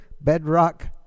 bedrock